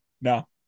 No